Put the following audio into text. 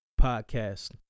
podcast